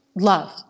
love